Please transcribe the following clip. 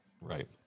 Right